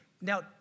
now